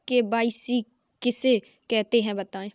KYC किसे कहते हैं बताएँ?